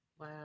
Wow